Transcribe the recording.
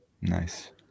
Nice